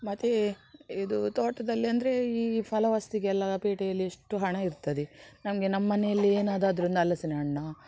ಮತ್ತು ಇದು ತೋಟದಲ್ಲಿ ಅಂದರೆ ಈ ಫಲ ವಸ್ತಿಗೆ ಎಲ್ಲಾ ಪೇಟೆಯಲ್ಲಿ ಎಷ್ಟು ಹಣ ಇರ್ತದೆ ನಮಗೆ ನಮ್ಮ ಮನೆಯಲ್ಲಿ ಏನದಾದ್ರು ಒಂದು ಹಲಸಿನ ಹಣ್ಣೊ